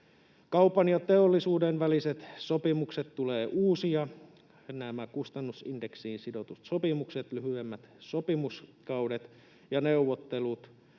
Kaupan ja teollisuuden väliset sopimukset tulee uusia. Nämä kustannusindeksiin sidotut sopimukset, lyhyemmät sopimuskaudet ja neuvottelut,